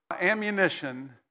ammunition